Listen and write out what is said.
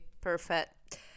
Perfect